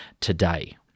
today